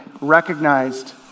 recognized